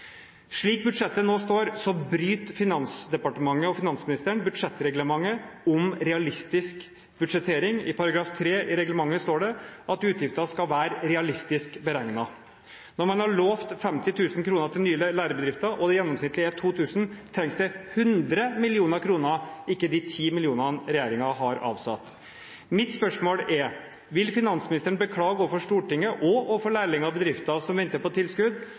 Slik budsjettet nå står, bryter Finansdepartementet og finansministeren budsjettreglementet om realistisk budsjettering. I § 3 i reglementet står det at utgifter skal være realistiske beregninger. Når man har lovet 50 000 kr til lærebedrifter og det gjennomsnittlig er 2 000, trengs det 100 mill. kr, ikke de 10 mill. kr som regjeringen har satt av. Mitt spørsmål er: Vil finansministeren beklage overfor Stortinget, og overfor lærlingbedrifter som venter på tilskudd,